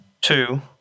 two